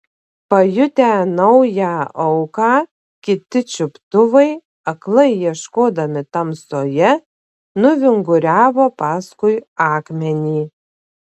pajutę naują auką kiti čiuptuvai aklai ieškodami tamsoje nuvinguriavo paskui akmenį